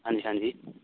ਹਾਂਜੀ ਹਾਂਜੀ